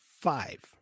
five